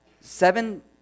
seven